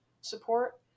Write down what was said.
support